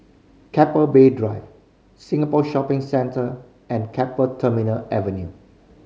Keppel Bay Drive Singapore Shopping Centre and Keppel Terminal Avenue